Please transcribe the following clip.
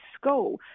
school